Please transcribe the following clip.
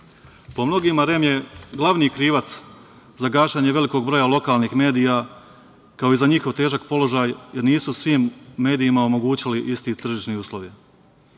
mnogima REM je glavni krivac za gašenje velikog broja lokalnih medija, kao i za njihov težak položaj jer nisu svim medijima omogućili iste tržišne uslove.